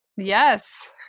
Yes